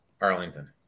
Arlington